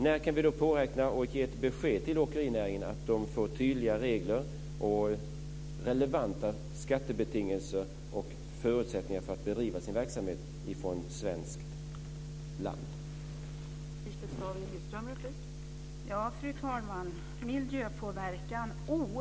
När kan vi påräkna ett besked till åkerinäringen om att de ska få tydliga regler, relevanta skattebetingelser och förutsättningar för att bedriva sin verksamhet från svenskt land?